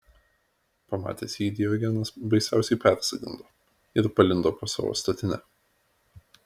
pamatęs jį diogenas baisiausiai persigando ir palindo po savo statine